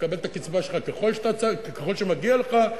תקבל את הקצבה שלך ככל שמגיע לך.